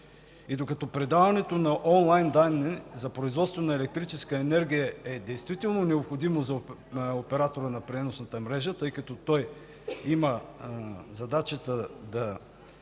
И докато предаването на онлайн данни за производство на електрическа енергия е действително необходимо за оператора на преносната мрежа, тъй като той има задачата да